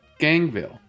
Gangville